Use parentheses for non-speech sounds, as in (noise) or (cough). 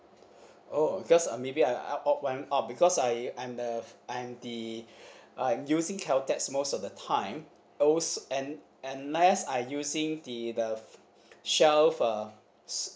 oh because uh maybe I up because I I'm the I'm the (breath) uh using caltex most of the time those and unless I using the the shell uh